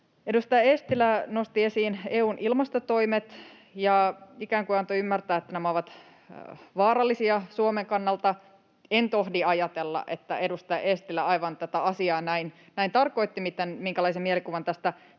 Edustaja Eestilä nosti esiin EU:n ilmastotoimet ja ikään kuin antoi ymmärtää, että nämä ovat vaarallisia Suomen kannalta. En tohdi ajatella, että edustaja Eestilä tarkoitti tätä asiaa aivan näin,